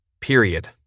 Period